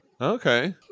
okay